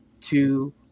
two